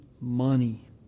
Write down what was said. money